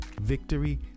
Victory